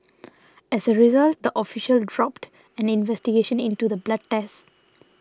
as a result the official dropped an investigation into the blood test